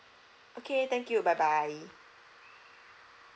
okay thank you bye bye